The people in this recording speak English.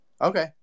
Okay